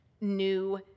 new